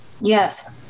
Yes